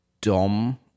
Dom